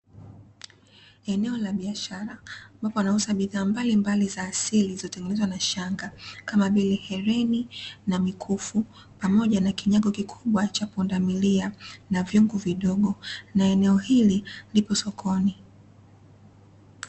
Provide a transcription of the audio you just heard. Eneo la biashara, ambapo wanauza bidhaa mbalimbali za asili zilizotengenezwa na shanga kama vile; heleni na mikufu pamoja na kinyango kukubwa cha pundamilia na vyungu vidogo na eneo hili lipo sokoni.